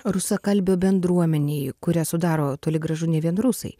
rusakalbių bendruomenei kurią sudaro toli gražu ne vien rusai